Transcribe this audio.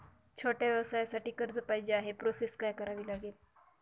छोट्या व्यवसायासाठी कर्ज पाहिजे आहे प्रोसेस काय करावी लागेल?